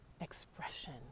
expression